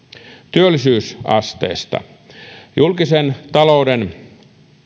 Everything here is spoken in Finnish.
työllisyysasteesta julkisen talouden